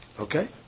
Okay